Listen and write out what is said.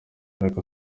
ariko